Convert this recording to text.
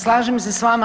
Slažem se sa vama.